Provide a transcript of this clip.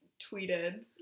tweeted